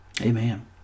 Amen